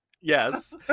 Yes